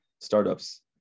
startups